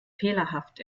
fehlerhaft